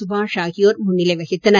சுபாஷ் ஆகியோர் முன்னிலை வகித்தனர்